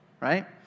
right